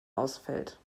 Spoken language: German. ausfällt